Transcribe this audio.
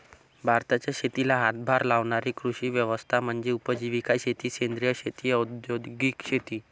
भारताच्या शेतीला हातभार लावणारी कृषी व्यवस्था म्हणजे उपजीविका शेती सेंद्रिय शेती औद्योगिक शेती